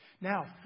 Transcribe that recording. Now